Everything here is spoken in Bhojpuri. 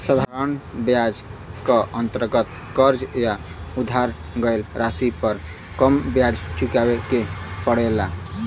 साधारण ब्याज क अंतर्गत कर्ज या उधार गयल राशि पर कम ब्याज चुकावे के पड़ेला